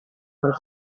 per